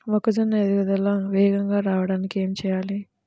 మొక్కజోన్న ఎదుగుదల వేగంగా రావడానికి ఏమి చెయ్యాలి?